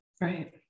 Right